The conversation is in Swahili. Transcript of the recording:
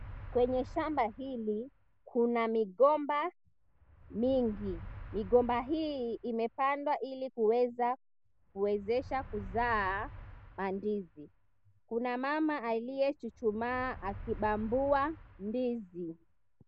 Kwenye shamba hili kuna migomba mingi, migomba hii imepandwa ili kiweza kuwezesha kuzaa mandizi. Kuna mama aliyechuchumamaa akibambua ndizi.